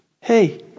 hey